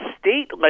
state